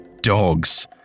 dogs